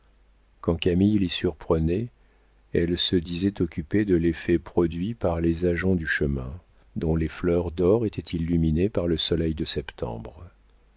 quand camille l'y surprenait elle se disait occupée de l'effet produit par les ajoncs du chemin dont les fleurs d'or étaient illuminées par le soleil de septembre